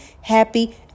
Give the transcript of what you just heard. happy